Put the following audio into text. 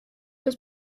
was